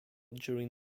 during